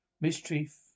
mischief